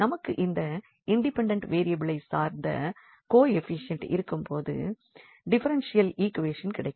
நமக்கு இந்த இன்டிபென்டென்ட் வேரியபிளை சார்ந்த கோ எஃப்பிஷிஎண்ட் இருக்கும் போது டிஃபரென்ஷியல் ஈக்வேஷன் கிடைக்கும்